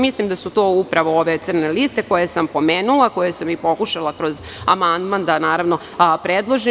Mislim da su to upravo ove crne liste koje sam pomenula, koje sam pokušala kroz amandman da predložim.